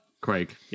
Craig